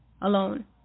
alone